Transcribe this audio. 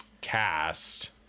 cast